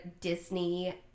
Disney